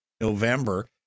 November